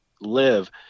live